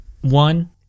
one